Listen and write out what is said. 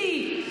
ברגע הכי קריטי,